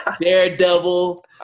daredevil